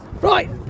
Right